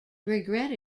regret